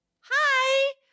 hi